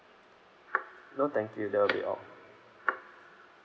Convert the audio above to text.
no thank you that will be all